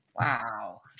Wow